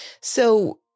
So-